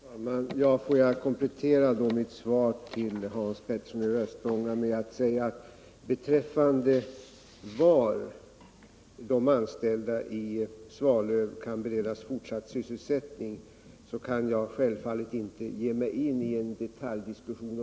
Herr talman! Får jag komplettera mitt svar till Hans Petersson i Röstånga med att säga följande. Beträffande frågan var de anställda i Svalöv kan beredas fortsatt sysselsättning kan jag självfallet inte ge mig in i en detaljdiskussion.